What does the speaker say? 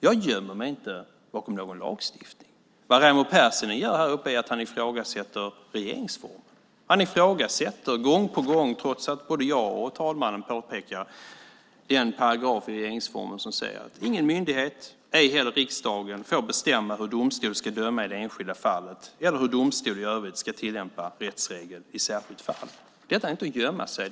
Jag gömmer mig inte bakom någon lagstiftning. Vad Raimo Pärssinen gör här uppe är att ifrågasätta regeringsformen. Han ifrågasätter gång på gång, trots att både jag och talmannen kommer med påpekanden, den paragraf i regeringsformen som säger att ingen myndighet, ej heller riksdagen, får bestämma hur domstol ska döma i det enskilda fallet eller hur domstol i övrigt ska tillämpa rättsregel i särskilt fall. Detta är inte att gömma sig.